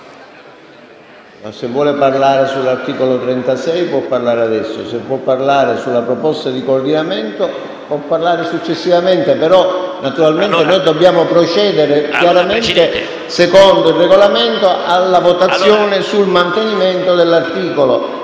Se vuole parlare sull'articolo 36, può farlo adesso. Se vuole parlare sulla proposta di coordinamento, può intervenire successivamente, però noi dobbiamo procedere, secondo il Regolamento, alla votazione sul mantenimento dell'articolo.